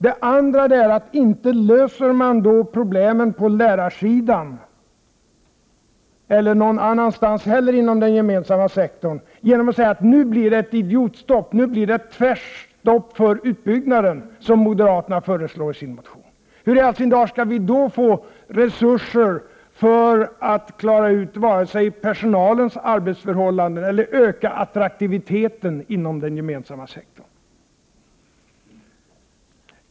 Den andra är att man inte löser problemen på lärarsidan, eller någon annanstans inom den gemensamma sektorn, genom att säga att det nu skall bli ett idiotstopp, ett tvärstopp, för utbyggnad —- som moderaterna föreslår i sin motion. Hur i all sin dar skall vi få resurser för att klara både personalens arbetsförhållanden och öka attraktiviteten inom den gemensamma sektorn?